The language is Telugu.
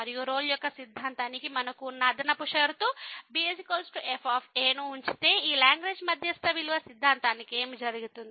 మరియు రోల్ యొక్క సిద్ధాంతానికి మనకు ఉన్న అదనపు షరతు b f ను ఉంచితే ఈ లాగ్రేంజ్ మధ్యస్థ విలువ సిద్ధాంతానికి ఏమి జరుగుతుంది